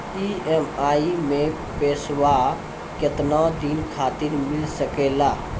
EMI मैं पैसवा केतना दिन खातिर मिल सके ला?